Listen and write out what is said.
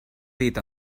dit